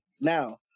Now